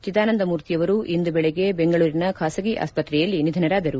ಚಿದಾನಂದ ಮೂರ್ತಿಯವರು ಇಂದು ಬೆಳಿಗ್ಗೆ ಬೆಂಗಳೂರಿನ ಖಾಸಗಿ ಆಸ್ತ್ರೆಯಲ್ಲಿ ನಿಧನರಾದರು